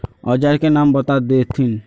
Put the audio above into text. औजार के नाम बता देथिन?